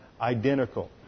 identical